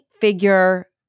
figure